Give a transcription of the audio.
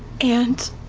and